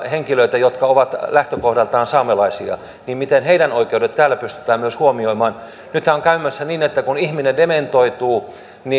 henkilöitä jotka ovat lähtökohdaltaan saamelaisia niin miten heidän oikeutensa myös täällä pystytään huomioimaan nythän on käymässä näin kun ihminen dementoituu